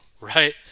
right